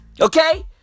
Okay